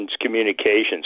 communications